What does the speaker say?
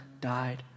died